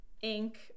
ink